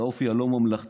על האופי הלא-ממלכתי,